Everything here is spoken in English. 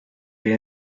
from